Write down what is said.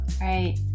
right